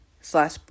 slash